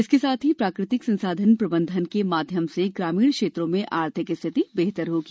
इसके साथ ही प्राकृतिक संसाधन प्रबंधन के माध्यम से ग्रामीण क्षेत्रों में आर्थिक स्थिति बेहतर होगी